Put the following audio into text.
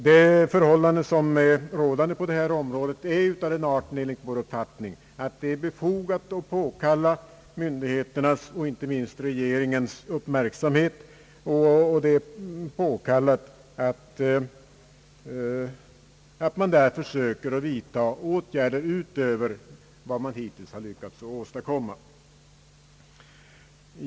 Det förhållande som råder på det här området är av den arten, att det enligt vår uppfattning är befogat att påkalla myndigheternas och inte minst regeringens uppmärksamhet på att det fordras åtgärder utöver vad man hittills lyckats åstadkomma.